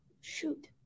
shoot